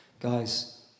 Guys